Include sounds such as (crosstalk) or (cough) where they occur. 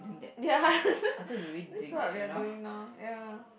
ya (laughs) that is what we are doing now ya